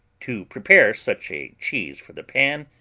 to prepare such a cheese for the pan,